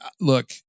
look